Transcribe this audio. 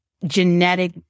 genetic